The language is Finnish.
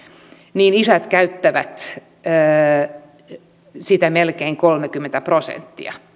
niin isät käyttävät niistä melkein kolmekymmentä prosenttia